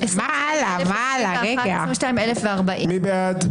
22,021 עד 22,040. מי בעד?